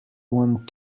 want